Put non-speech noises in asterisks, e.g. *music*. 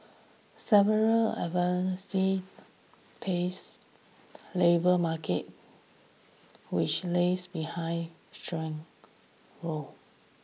several *unintelligible* pace labour market which lags behind *unintelligible*